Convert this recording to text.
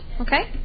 Okay